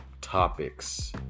topics